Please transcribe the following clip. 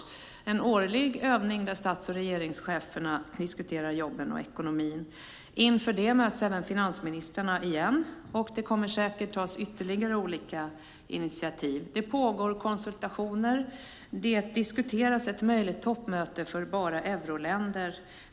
Det är en årlig övning där stats och regeringscheferna diskuterar jobben och ekonomin. Inför det möts även finansministrarna. Det kommer säkert att tas ytterligare olika initiativ. Det pågår konsultationer. Det diskuteras ett möjligt toppmöte för euroländer.